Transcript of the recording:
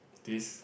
this